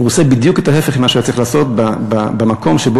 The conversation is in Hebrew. הוא עושה בדיוק את ההפך ממה שהוא היה צריך לעשות במקום שבו,